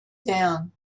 down